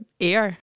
air